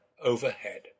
overhead